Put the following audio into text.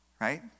right